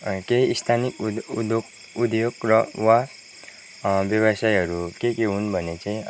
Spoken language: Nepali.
केही स्थानिक उध उधोग उद्योग र वा व्यवसायहरू के के हुन भने चाहिँ